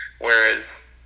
Whereas